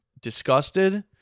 disgusted